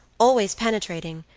always penetrating,